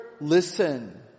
listen